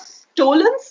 stolen